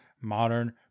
modern